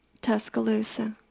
Tuscaloosa